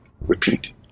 repeat